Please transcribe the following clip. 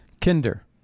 Kinder